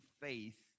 faith